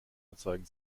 erzeugen